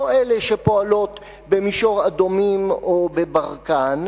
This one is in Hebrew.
לא אלה שפועלות במישור-אדומים או בברקן,